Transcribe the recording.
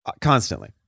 Constantly